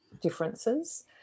differences